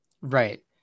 Right